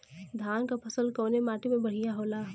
धान क फसल कवने माटी में बढ़ियां होला?